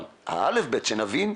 אבל ה-א'-ב' שנבין,